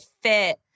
fit